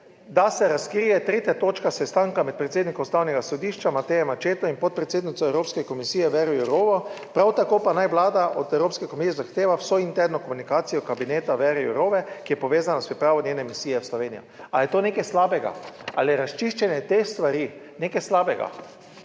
da se razkrije 3. točka sestanka med predsednikom Ustavnega sodišča Matejem Accettom in podpredsednico Evropske komisije Vero Jourovo, prav tako pa naj vlada od Evropske komisije zahteva vso interno komunikacijo kabineta Věre Jourove, ki je povezana s pripravo njene misije v Slovenijo. Ali je to nekaj slabega? Ali je razčiščenje te stvari nekaj slabega?